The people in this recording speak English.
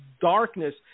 darkness